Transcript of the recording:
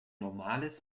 normales